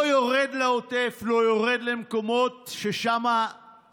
לא יורד לעוטף, לא יורד למקומות המותקפים,